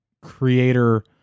creator